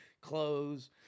clothes